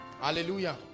hallelujah